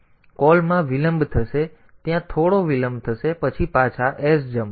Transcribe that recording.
તેથી કૉલમાં વિલંબ થશે ત્યાં થોડો વિલંબ થશે પછી પાછા sjmp